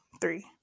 three